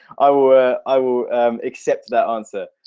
i will i will accept that answer?